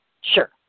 Sure